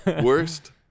Worst